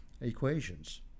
equations